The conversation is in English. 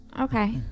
Okay